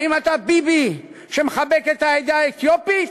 האם אתה ביבי שמחבק את העדה האתיופית,